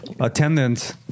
attendance